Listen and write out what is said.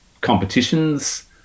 competitions